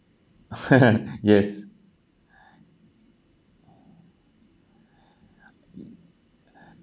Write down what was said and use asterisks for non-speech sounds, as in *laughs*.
*laughs* yes